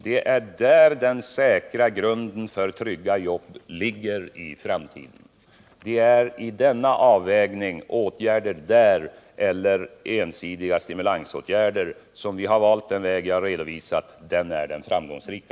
Det är där som den säkra grunden för trygga jobb ligger i framtiden. I avvägningen mellan åtgärder där eller ensidiga stimulansåtgärder har vi valt den väg som jag här har redovisat. Den är den framgångsrika.